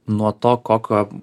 nuo to kokio